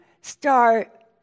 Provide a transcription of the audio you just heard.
start